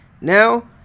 Now